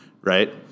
Right